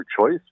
choice